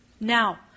Now